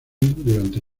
durante